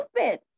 stupid